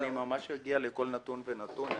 אני אגיע לכל נתון ונתון.